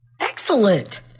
Excellent